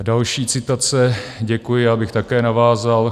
Další citace: Děkuji, já bych také navázal.